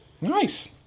Nice